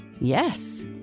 Yes